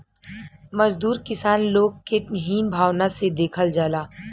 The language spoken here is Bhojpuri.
मजदूर किसान लोग के हीन भावना से देखल जाला